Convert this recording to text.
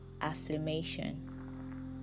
affirmation